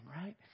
right